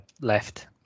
left